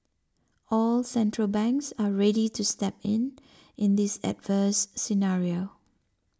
all central banks are ready to step in in this adverse scenario